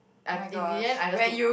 I t~ in the end I just took